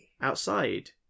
outside